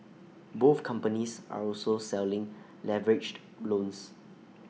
both companies are also selling leveraged loans